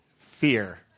fear